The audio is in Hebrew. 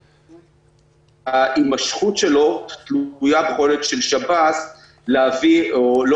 אבל ההימשכות שלו תלויה ביכולת של שב"ס להביא או לא